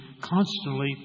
constantly